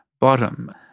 bottom